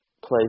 place